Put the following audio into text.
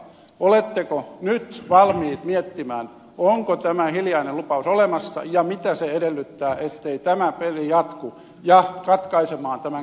oletteko nyt valmiit miettimään onko tämä hiljainen lupaus olemassa ja mitä se edellyttää ettei tämä peli jatku ja katkaisemaan tämän kehityksen